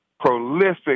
prolific